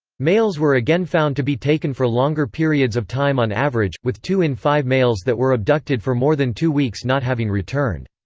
males were again found to be taken for longer periods of time on average, with two in five males that were abducted for more than two weeks not having returned.